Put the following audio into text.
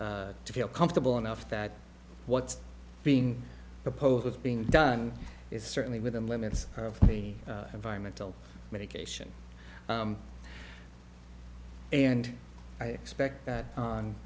to feel comfortable enough that what's being proposed is being done is certainly within limits of the environmental medication and i expect that